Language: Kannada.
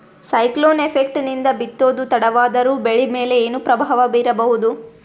ಸೈಕ್ಲೋನ್ ಎಫೆಕ್ಟ್ ನಿಂದ ಬಿತ್ತೋದು ತಡವಾದರೂ ಬೆಳಿ ಮೇಲೆ ಏನು ಪ್ರಭಾವ ಬೀರಬಹುದು?